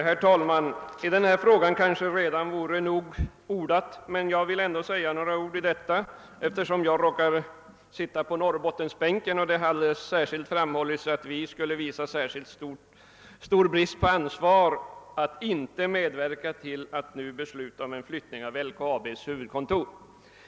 Herr talman! I denna fråga kanske det vore nog ordat. Men jag vill ändå säga något eftersom jag råkar sitta på Norrbottensbänken. Det har ju framhållits att vi skulle visa särskilt stor brist på ansvar om vi inte medverkade till ett beslut om flyttning av LKAB:s huvudkontor.